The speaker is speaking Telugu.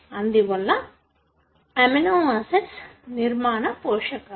అందువల్ల అమినోయాసిడ్స్ నిర్మాణపోషకాలు